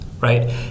right